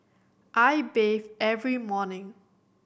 I bathe every morning